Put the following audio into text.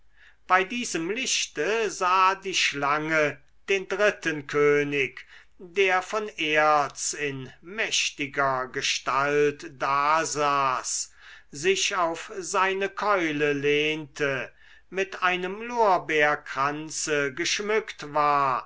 bei diesem lichte sah die schlange den dritten könig der von erz in mächtiger gestalt dasaß sich auf seine keule lehnte mit einem lorbeerkranze geschmückt war